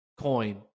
coin